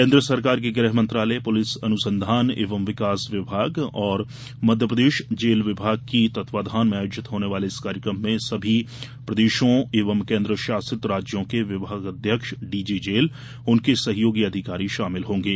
केन्द्र सरकार के गृह मंत्रालय पुलिस अनुसंधान एवं विकास विभाग तथा मध्यप्रदेश जेल विभाग के तत्वधान में आयोजित होने वाले इस कार्यक्रम में सभी प्रदेशों एवं केन्द्र शासित राज्यों के विभागाध्यक्ष डीजी जेल उनके सहयोगी अधिकारी शामिल होंगे